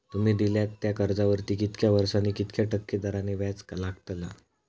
तुमि दिल्यात त्या कर्जावरती कितक्या वर्सानी कितक्या टक्के दराने व्याज लागतला?